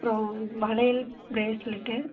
அப்புறோம் வளையல் ப்ரேஸ்லெட்டு